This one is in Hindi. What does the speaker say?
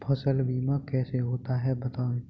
फसल बीमा कैसे होता है बताएँ?